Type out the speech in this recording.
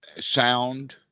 sound